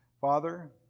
Father